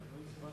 מי מטעמנו?